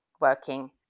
working